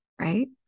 Right